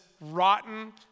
rotten